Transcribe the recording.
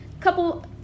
couple